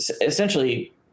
essentially